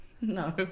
No